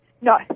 No